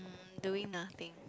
doing nothing